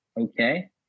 okay